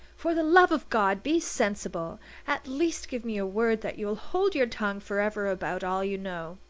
for the love of god be sensible at least give me your word that you'll hold your tongue for ever about all you know.